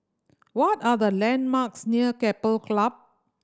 what are the landmarks near Keppel Club